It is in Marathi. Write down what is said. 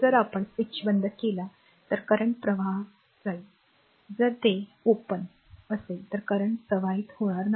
जर आपण स्विच बंद केला तर करंट प्रवाहात जाईल जर ते उघडले तर करंट प्रवाहित होणार नाही